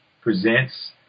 Presents